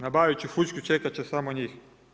Nabavit ću fućku, čekat će samo njih.